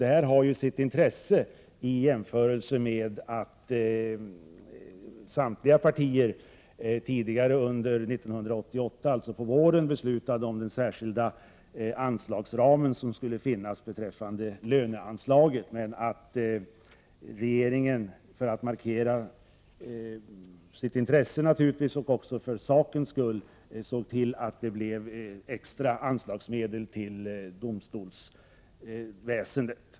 Detta har sitt intresse med tanke på att samtliga partier under våren 1988 fattade beslut om den särskilda anslagsramen för lönerna, men regeringen såg till att extra anslag utgick till domstolsväsendet.